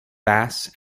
bass